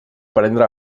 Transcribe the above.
prendre